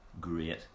great